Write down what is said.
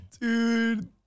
Dude